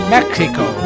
Mexico